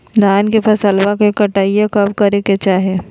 धान के फसलवा के कटाईया कब करे के चाही?